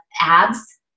abs